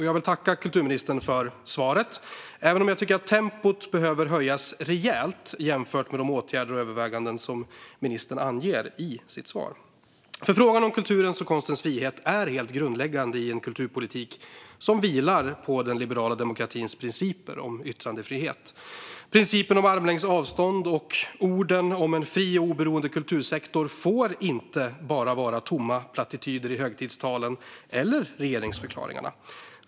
Jag vill tacka kulturministern för svaret, även om jag tycker att tempot behöver höjas rejält jämfört med de åtgärder och överväganden som ministern anger i sitt svar.Frågan om kulturens och konstens frihet är helt grundläggande i en kulturpolitik som vilar på den liberala demokratins principer om yttrandefrihet. Principen om armlängds avstånd och orden om en fri och oberoende kultursektor får inte vara bara tomma plattityder i högtidstalen eller regeringsförklaringarna.